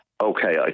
okay